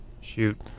Shoot